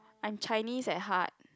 I am Chinese at heart